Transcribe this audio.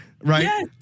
right